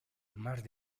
más